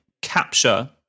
Capture